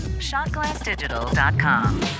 shotglassdigital.com